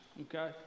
okay